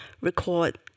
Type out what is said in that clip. record